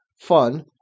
fun